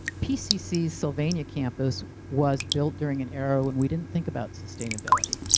pcc's sylvania campus was built during an era when we didn't think about sustainability,